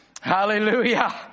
Hallelujah